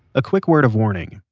a quick word of warning.